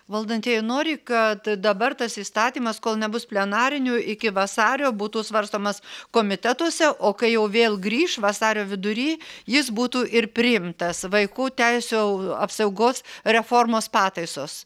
valdantieji nori kad dabar tas įstatymas kol nebus plenarinių iki vasario būtų svarstomas komitetuose o kai jau vėl grįš vasario vidury jis būtų ir priimtas vaikų teisių apsaugos reformos pataisos